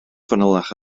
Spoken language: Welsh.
fanylach